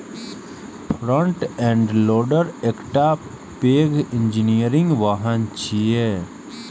front end loader एकटा पैघ engineering वाहन छियै